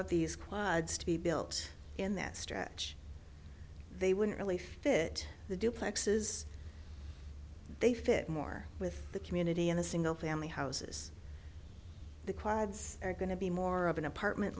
of these clods to be built in that stretch they wouldn't really fit the duplexes they fit more with the community in a single family houses the cards are going to be more of an apartment